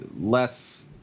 less